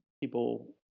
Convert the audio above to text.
people